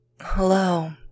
Hello